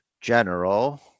General